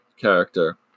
character